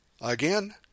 Again